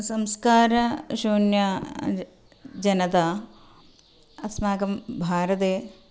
संस्कारशून्यजनता अस्माकं भारते